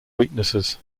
weaknesses